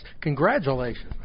Congratulations